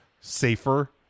safer